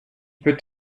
peut